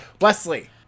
Wesley